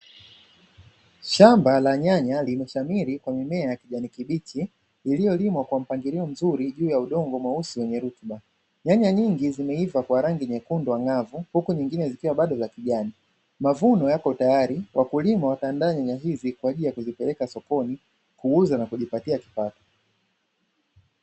Shamba la nyanya limeshamiri kwa mimea ya kijani kibichi iliyolimwa kwa mpangilio mzuri juu ya udongo mweusi wenye rutuba. Nyanya nyingi zimeiva kwa rangi nyekundu ang’avu huku nyingine zikiwa bado za kijani. Mavuno yako tayari, wakulima wataandaa nyanya hizi kwa ajili ya kuzipeleka sokoni iuuza na kujipatia kipato.